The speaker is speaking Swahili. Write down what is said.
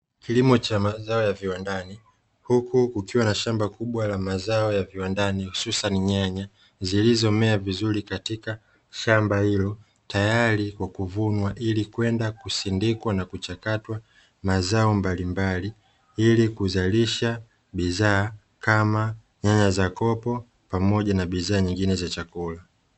kilimo cha mazao ya viwandani huku kukiwa na shamba kubwa la mazao ya viwandani hususani nyanya zilizomea vizuri katika shamba hilo, tayari kwa kuvunwa ili kwenda kusindikwa na kuchakatwa mazao mbalimbali ili kuzalisha bidhaa kama nyanya za kopo pamoja na bidhaa nyingine za chakula.